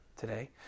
Today